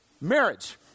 marriage